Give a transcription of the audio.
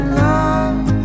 love